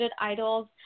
idols